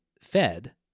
Fed